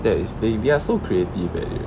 对 they they are so creative eh